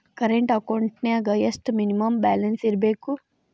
Current ಅಕೌಂಟೆಂನ್ಯಾಗ ಎಷ್ಟ minimum balance ಇರ್ಬೇಕು?